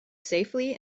safely